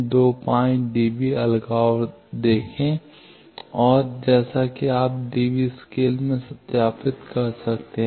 तो 325 डीबी अलगाव देखें और जैसा कि आप डीबी स्केल में सत्यापित कर सकते हैं